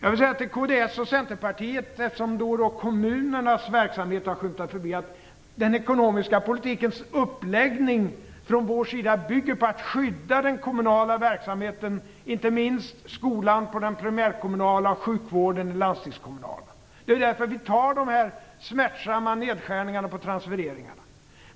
Till kds och Centerpartiet vill jag, eftersom kommunernas verksamhet har skymtat förbi här, säga att den ekonomiska politikens uppläggning från vår sida bygger på att skydda den kommunala verksamheten, inte minst skolan på det primärkommunala och sjukvården på det landstingskommunala området. Det är ju därför vi tar de här smärtsamma nedskärningarna på transfereringarna.